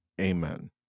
Amen